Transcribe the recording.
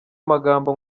amagambo